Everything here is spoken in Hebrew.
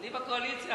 אני בקואליציה,